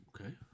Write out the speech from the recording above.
Okay